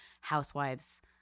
housewives